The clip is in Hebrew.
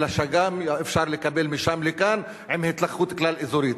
אלא גם אפשר לקבל משם לכאן עם התלקחות כלל-אזורית.